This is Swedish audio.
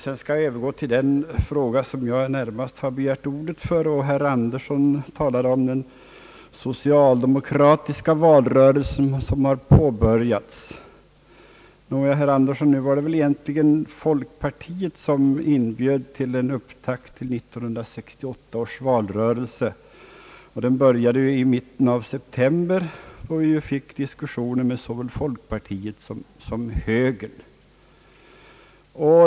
Jag skall sedan övergå till den fråga som jag närmast begärt ordet för. Herr Andersson talar om den socialdemokratiska valrörelsen som har påbörjats. Nåja, herr Andersson, det var väl egentligen folkpartiet som inbjöd till en upptakt till 1968 års valrörelse. Den började i mitten av september och vi fick diskussioner med såväl folkpartiet som högern.